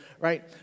right